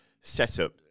setup